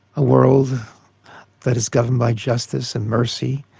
a world that is governed by justice and mercy,